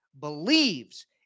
believes